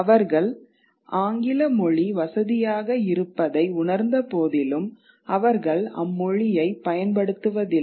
அவர்கள் ஆங்கில மொழி வசதியாக இருப்பதை உணர்ந்த போதிலும் அவர்கள் அம்மொழியை பயன்படுத்துவதில்லை